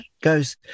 goes